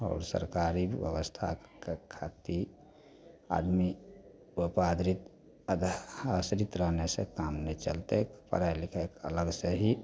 आओर सरकारी बेबस्थाके खातिर आदमी ओहिपर आधरित आश्रित रहने से काम नहि चलतै पढ़ाइ लिखाइ कएलासे ही